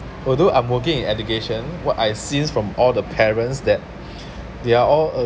although I'm working in education what I seen from all the parents that they are all err